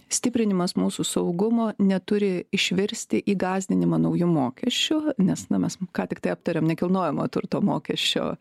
stiprinimas mūsų saugumo neturi išvirsti į gąsdinimą nauju mokesčiu nes na mes ką tiktai aptarėm nekilnojamojo turto mokesčio